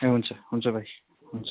ए हुन्छ हुन्छ भाइ हुन्छ